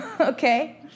okay